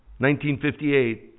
1958